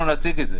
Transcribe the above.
נציג גם את זה,